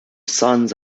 sons